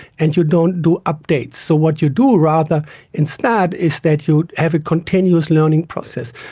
and you don't do updates. so what you do rather instead is that you have a continuous learning process,